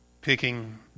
picking